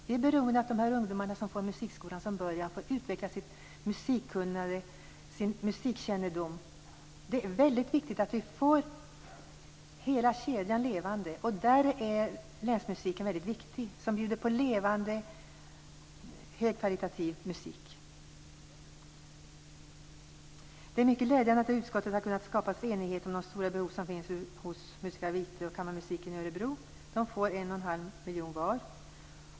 Vi är beroende av att de ungdomar som får musikskola från början får utveckla sitt musikkunnande och sin musikkännedom. Det är viktigt att hela kedjan hålls levande. Där är länsmusiken väldigt viktig, som bjuder på levande, högkvalitativ musik. Det är mycket glädjande att det i utskottet har kunnat skapas enighet om de stora behov som finns hos Musica Vitae och Kammarmusiken i Örebro. De får 1,5 miljoner kronor var.